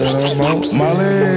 Molly